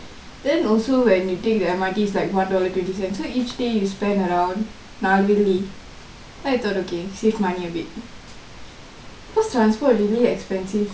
then also when you take the M_R_T is like one dollar twenty cents so each day you spend around நாலு வெள்ளி:naalu velli so I thought okay save money abit cause what's transport really expensive